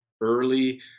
early